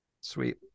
sweet